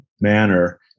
manner